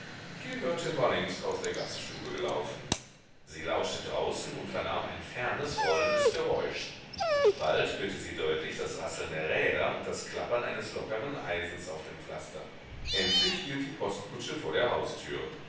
die wirtin war längst aus der gaststube gelaufen sie lauschte draußen und vernahm ein fernes rollendes geräusch bald hörte sie deutlich das rasseln der räder und das klappern eines lockeren eisens auf dem pflaster endlich hielt die postkutsche vor der haustüre